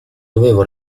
dovevo